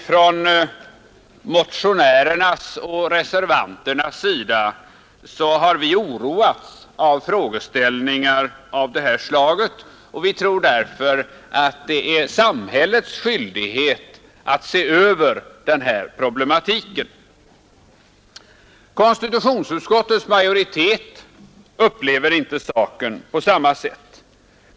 Från motionärernas och reservanternas sida har vi oroats av frågeställningar av detta slag och vi tror att det är samhällets skyldighet att se över den här problematiken. Konstitutionsutskottets majoritet upplever inte saken på samma sätt.